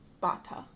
Bata